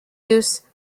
use